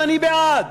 ואני בעד,